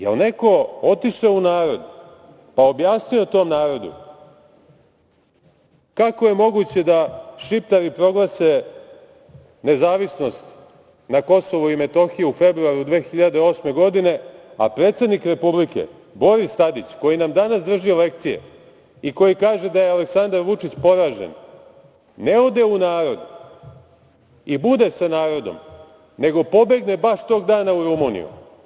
Da li je neko otišao u narod, pa objasnio tom narodu kako je moguće da šiptari proglase nezavisnost na Kosovu i Metohiji u februaru 2008. godine, a predsednik Republike Boris Tadić, koji nam danas drži lekcije i koji kaže da je Aleksandar Vučić poražen, ne ode u narod i bude sa narodom, nego pobegne baš tog dana u Rumuniju?